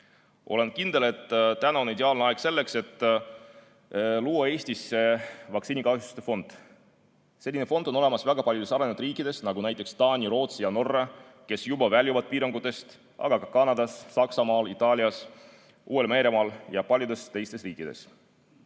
Olen kindel, et täna on ideaalne aeg selleks, et luua Eestis vaktsiinikahjustuste fond. Selline fond on olemas väga paljudes arenenud riikides, nagu näiteks Taani, Rootsi ja Norra, kes juba väljuvad piirangutest, aga ka Kanadas, Saksamaal, Itaalias, Uus-Meremaal ja paljudes teistes riikides.